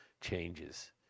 changes